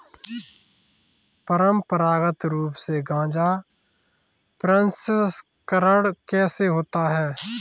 परंपरागत रूप से गाजा प्रसंस्करण कैसे होता है?